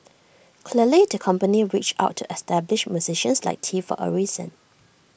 clearly the company reached out to established musicians like tee for A reason